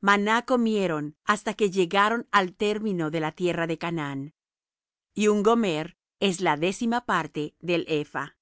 maná comieron hasta que llegaron al término de la tierra de canaán y un gomer es la décima parte del epha